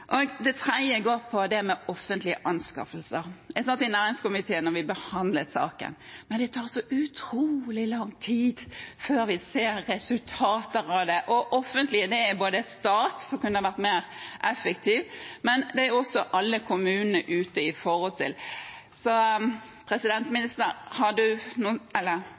Det tredje går på det med offentlige anskaffelser. Jeg satt i næringskomiteen da vi behandlet saken, men det tar så utrolig lang tid før vi ser resultater av det. Det offentlige er staten, som kunne vært mer effektiv, men det er også alle kommunene der ute. Har statsråden noen forslag for dette feltet som er så